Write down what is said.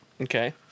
Okay